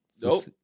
Nope